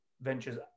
ventures